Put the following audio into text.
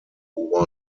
who